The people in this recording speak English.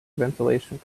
ventilation